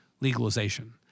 legalization